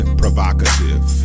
provocative